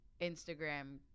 Instagram